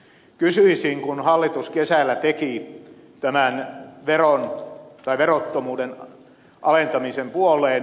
kysyisin kun hallitus kesällä teki tämän verottomuuden alentamisen puoleen